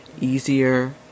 easier